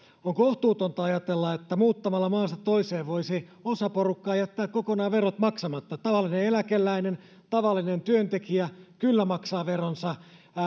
on kohtuutonta ajatella että muuttamalla maasta toiseen voisi osa porukkaa jättää kokonaan verot maksamatta tavallinen eläkeläinen ja tavallinen työntekijä kyllä maksavat veronsa